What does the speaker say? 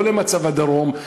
לא על מצב הדרום,